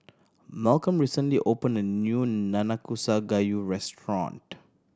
Malcom recently opened a new Nanakusa Gayu restaurant